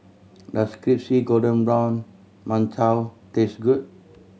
does crispy golden brown mantou taste good